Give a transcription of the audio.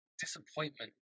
disappointment